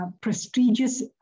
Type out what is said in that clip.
prestigious